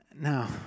now